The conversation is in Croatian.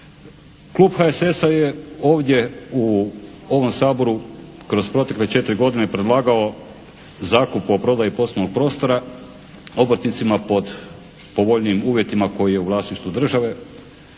Klub HSS-a je ovdje u ovom Saboru kroz protekle 4 godine predlagao zakup o prodaji poslovnog prostora obrtnicima pod povoljnijim uvjetima koji je u vlasništvu države.